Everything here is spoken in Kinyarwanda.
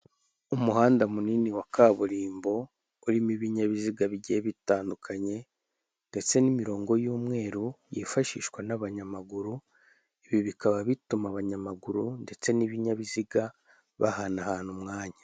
Umuhanda munini wa kaburimbo urimo ibinyabiziga bigiye bitandukanye ndetse n'imirongo y'umweru yifashishwa n'abanyamaguru, ibi bikaba bituma abanyamaguru ndetse n'ibinyabiziga bahanahana umwanya.